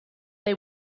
they